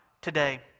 today